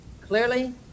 clearly